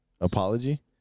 apology